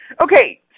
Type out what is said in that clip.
Okay